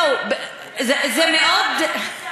אחת.